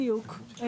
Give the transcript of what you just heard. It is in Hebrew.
בדיוק.